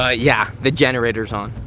ah yeah, the generator's on.